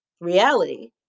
reality